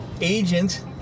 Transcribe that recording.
Agent